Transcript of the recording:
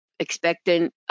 Expecting